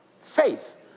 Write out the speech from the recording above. faith